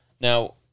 Now